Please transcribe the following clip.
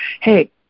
hey